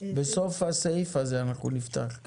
בסוף הסעיף הזה אנחנו נפתח.